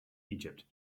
egypt